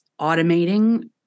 automating